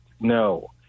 no